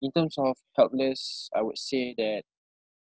in terms of helpless I would say that